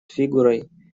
фигурой